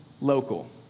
local